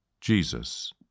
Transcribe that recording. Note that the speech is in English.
Jesus